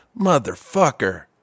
Motherfucker